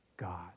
God